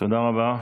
תודה רבה.